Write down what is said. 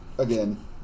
Again